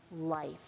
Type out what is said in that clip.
life